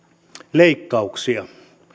leikkauksia